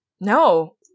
No